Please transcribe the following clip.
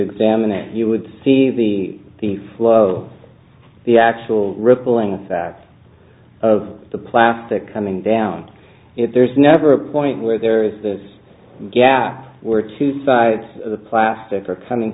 examine that you would see the flow the actual rippling back of the plastic coming down if there's never a point where there is this gap where two sides of the plastic are coming